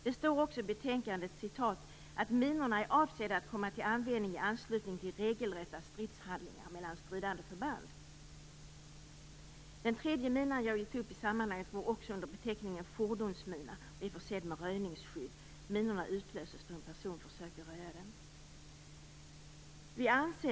Det står också i betänkandet "att dessa minor är avsedda att komma till användning i anslutning till regelrätta stridshandlingar mellan stridande förband". Den tredje mina som jag vill ta upp i sammanhanget går under beteckningen fordonsmina och är försedd med röjningsskydd. Minan utlöses då en person försöker röja den.